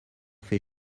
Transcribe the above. fait